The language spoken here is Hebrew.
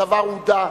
הדבר הודע.